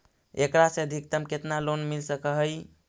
एकरा से अधिकतम केतना लोन मिल सक हइ?